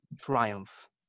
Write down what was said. triumph